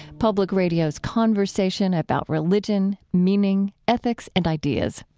public radio's conversation about religion, meaning, ethics, and ideas.